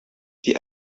die